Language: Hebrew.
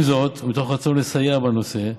עם זאת, ומתוך רצון לסיוע בנושא,